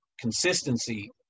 consistency